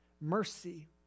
mercy